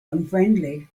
unfriendly